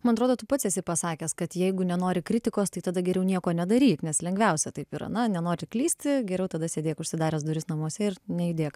man atrodo tu pats esi pasakęs kad jeigu nenori kritikos tai tada geriau nieko nedaryt nes lengviausia taip yra na nenori klysti geriau tada sėdėk užsidaręs duris namuose ir nejudėk